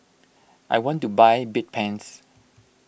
I want to buy Bedpans